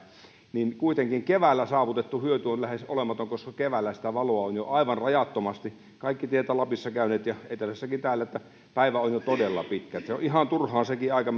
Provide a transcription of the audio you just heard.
niin kuitenkin keväällä saavutettu hyöty on lähes olematon koska keväällä sitä valoa on jo aivan rajattomasti kaikki tietävät lapissa käyneet ja täällä etelässäkin että päivä on jo todella pitkä se on ihan turhaan sekin aika